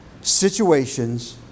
situations